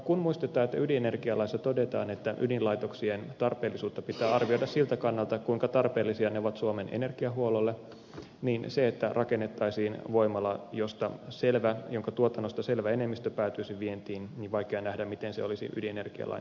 kun muistetaan että ydinenergialaissa todetaan että ydinlaitoksien tarpeellisuutta pitää arvioida siltä kannalta kuinka tarpeellisia ne ovat suomen energiahuollolle niin jos rakennettaisiin voimala jonka tuotannosta selvä enemmistö päätyisi vientiin on vaikea nähdä miten se olisi ydinenergialain hengen mukainen